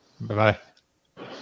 Bye-bye